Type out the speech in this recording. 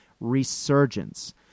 resurgence